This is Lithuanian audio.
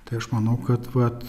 tai aš manau kad vat